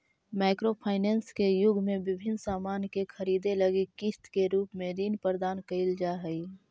micro finance के युग में विभिन्न सामान के खरीदे लगी किस्त के रूप में ऋण प्रदान कईल जा हई